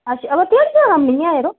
अच्छा बा ध्याड़ियै दा कम्म निं ऐ जरो